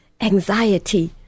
anxiety